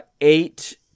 eight